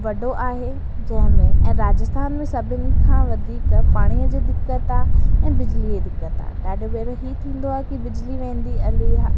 वॾो आहे जंहिं में राजस्थान में सभिनी खां वधीक पाणीअ जी दिक़त आहे ऐं बिजलीअ जी दिक़त ख़े ॾाढो विरह ही थींदो आहे की बिजली वेंदी अली आहे